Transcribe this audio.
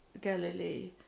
Galilee